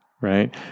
right